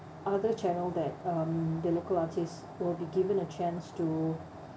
other channel that um the local artists will be given a chance to